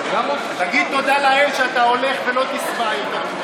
תגיד תודה לאל שאתה הולך ולא תשבע יותר ממני,